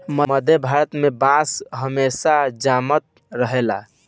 मध्य भारत में बांस हमेशा जामत रहेला